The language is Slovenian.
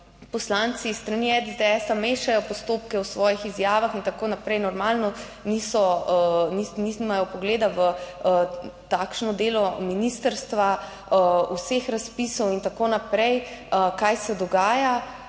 poslanci s strani SDS, mešajo postopke v svojih izjavah in tako naprej, normalno niso, nimajo vpogleda v takšno delo ministrstva, vseh razpisov in tako naprej. Kaj se dogaja?